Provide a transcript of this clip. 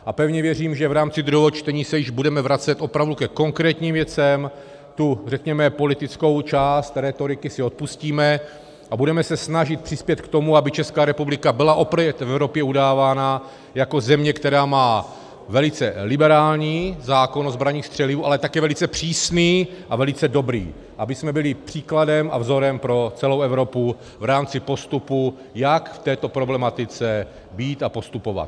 A pevně věřím, že v rámci druhého čtení se již budeme vracet opravdu ke konkrétním věcem, tu politickou část rétoriky si odpustíme a budeme se snažit přispět k tomu, aby Česká republika byla opět v Evropě udávána jako země, která má velice liberální zákon o zbraních a střelivu, ale také velice přísný a velice dobrý, abychom byli příkladem a vzorem pro celou Evropu v rámci postupu, jak v této problematice jít a postupovat.